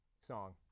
song